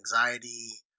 anxiety